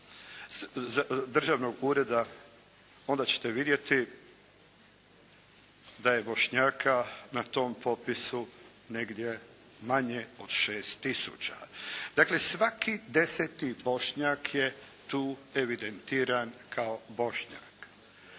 državnog ureda onda ćete vidjeti da je Bošnjaka na tom popisu negdje manje od 6 tisuća. Dakle svaki 10. Bošnjak je tu evidentiran kao Bošnjak.